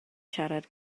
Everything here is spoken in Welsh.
siarad